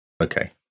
Okay